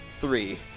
three